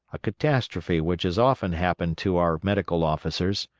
a catastrophe which has often happened to our medical officers.